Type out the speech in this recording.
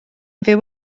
fyw